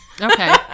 Okay